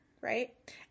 right